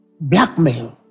blackmail